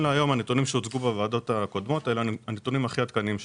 הנתונים שהוצגו בישיבות הקודמות הם הנתונים הכי עדכניים שיש.